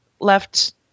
left